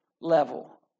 level